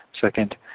Second